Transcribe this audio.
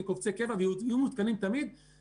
הביאו מספר גדול מאוד